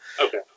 Okay